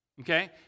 Okay